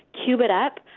cube it up.